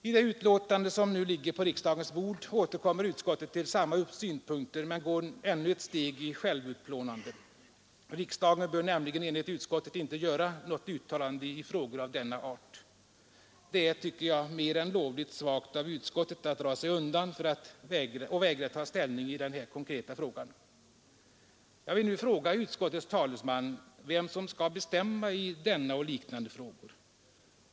I det betänkande som nu ligger på riksdagens bord återkommer utskottet till samma synpunkter men går ett steg längre i självutplånande. Riksdagen bör nämligen enligt utskottet inte göra något uttalande i frågor av denna art. Det är, tycker jag, mer än lovligt svagt av utskottet att dra sig undan och vägra att ta ställning i den konkreta frågan. Jag vill nu fråga utskottets talesman vem som skall bestämma i denna och liknande angelägenheter.